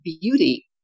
beauty